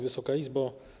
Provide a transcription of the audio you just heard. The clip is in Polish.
Wysoka Izbo!